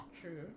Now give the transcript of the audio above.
True